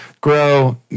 grow